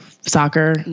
soccer